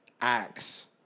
acts